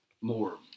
more